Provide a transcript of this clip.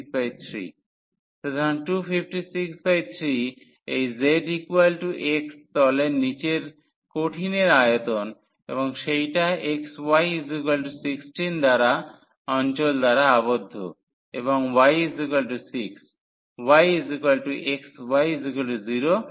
সুতরাং 2563 এই zx তলের নীচের কঠিনের আয়তন এবং সেইটা xy16 অঞ্চল দ্বারা আবদ্ধ এবং y6 yxy0 এবং x8